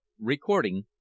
Recording